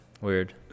Weird